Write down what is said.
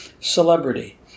celebrity